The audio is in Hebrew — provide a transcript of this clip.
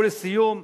לסיום,